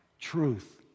truth